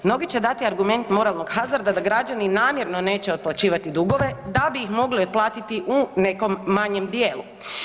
Mnogi će dati argument moralnog hazarda da građani namjerno neće otplaćivati dugove da bi ih mogli otplatiti u nekom manjem dijelu.